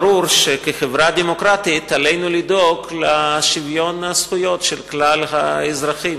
ברור שכחברה דמוקרטית עלינו לדאוג לשוויון הזכויות של כלל האזרחים,